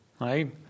right